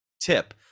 tip